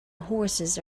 horses